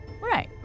Right